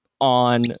on